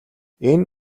энэ